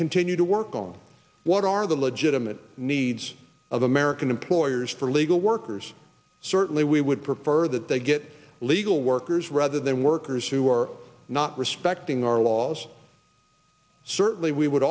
continue to work on what are the legitimate needs of american employers for illegal workers certainly we would prefer that they get legal workers rather than workers who are not respecting our laws certainly we would